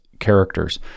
characters